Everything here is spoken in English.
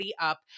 up